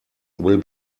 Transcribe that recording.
will